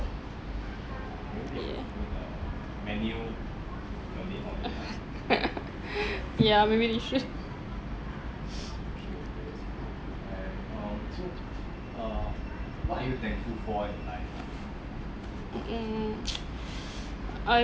yeah yeah maybe they should mm mm I